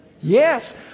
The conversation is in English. yes